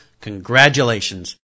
congratulations